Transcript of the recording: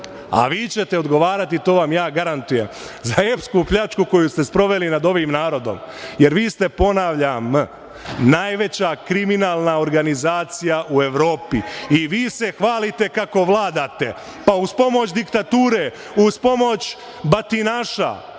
a vi ćete odgovarati, to vam ja garantujem, za epsku pljačku koju ste sproveli nad ovim narodom, jer vi ste, ponavljam, najveća kriminalna organizacija u Evropi i vi se hvalite kako vladate. Pa, uz pomoć diktature, uz pomoć batinaša,